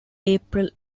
april